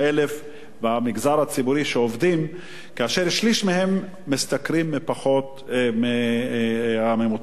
הציבורי ושליש מהם משתכרים פחות מהממוצע במשק,